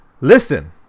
Listen